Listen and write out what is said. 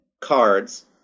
cards